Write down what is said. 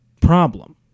problem